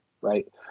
right